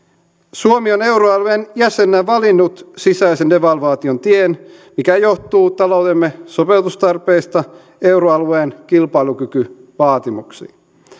suomi on euroalueen jäsenenä valinnut sisäisen devalvaation tien mikä johtuu taloutemme sopeutustarpeista euroalueen kilpailukykyvaatimuksiin